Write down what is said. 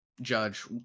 judge